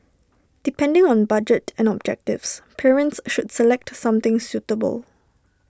depending on budget and objectives parents should select something suitable